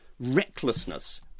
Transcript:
recklessness